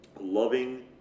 loving